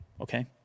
okay